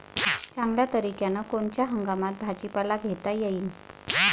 चांगल्या तरीक्यानं कोनच्या हंगामात भाजीपाला घेता येईन?